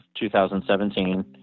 2017